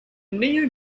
neo